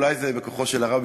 אולי זה בכוחו של הרבי,